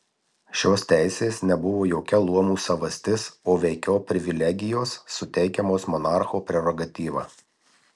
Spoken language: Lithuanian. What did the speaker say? šios teisės nebuvo jokia luomų savastis o veikiau privilegijos suteikiamos monarcho prerogatyva